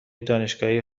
دانشگاهی